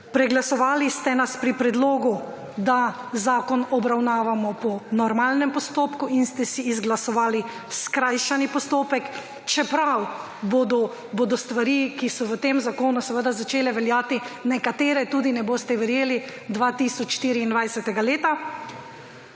preglasovali ste nas pri predlogu, da zakon obravnavamo po normalnem postopku in ste si izglasovali skrajšani postopek, čeprav bodo stvari, ki so v tem zakonu seveda začele veljati nekatere tudi ne boste verjeli 2024.